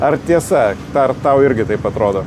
ar tiesa dar tau irgi taip atrodo